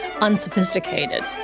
unsophisticated